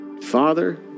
Father